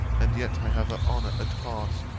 and yet i have her honour at heart,